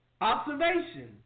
Observation